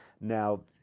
Now